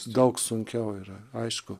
daug sunkiau yra aišku